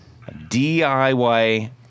DIY